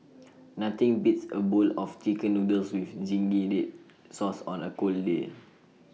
nothing beats A bowl of Chicken Noodles with Zingy Red Sauce on A cold day